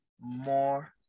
more